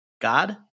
God